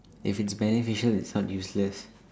if it's beneficial it's not useless